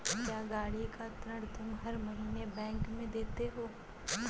क्या, गाड़ी का ऋण तुम हर महीने बैंक में देते हो?